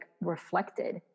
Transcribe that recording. reflected